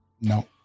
No